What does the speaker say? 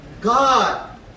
God